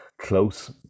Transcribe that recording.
close